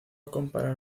comparar